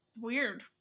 Weird